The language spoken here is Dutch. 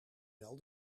wel